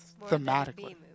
thematically